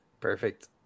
Perfect